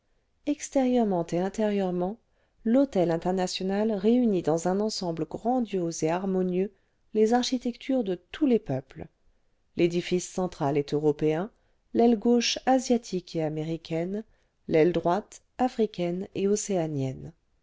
extérieurement et intérieurement l'hôtel international réunit dans un ensemble grandiose et harmonieux les architectures de tous les peuples l'édifice central est européen l'aile gauche asiatique et américaine l'aile droite africaine et océanienne